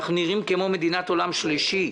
אנחנו נראים כמו מדינת עולם שלישי.